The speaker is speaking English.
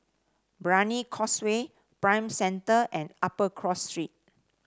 Brani Causeway Prime Centre and Upper Cross Street